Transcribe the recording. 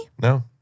No